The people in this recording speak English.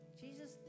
Jesus